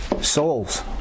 Souls